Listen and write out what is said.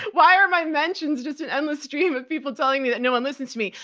why are my inventions just an endless stream of people telling me that no one listens to me?